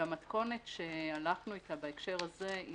במתכונת שהלכנו איתה בהקשר הזה,